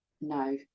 no